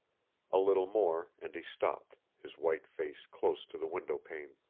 a little more and he stopped, his white face close to the window-pane.